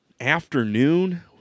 afternoon